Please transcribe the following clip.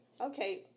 Okay